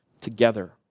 together